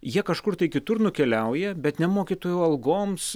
jie kažkur kitur nukeliauja bet ne mokytojų algoms